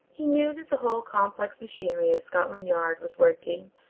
he knew that the whole complex machinery of scotland yard was working,